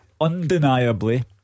Undeniably